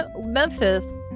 Memphis